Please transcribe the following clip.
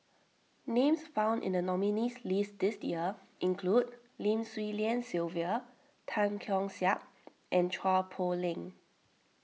names found in the nominees' list this year include Lim Swee Lian Sylvia Tan Keong Saik and Chua Poh Leng